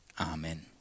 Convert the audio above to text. Amen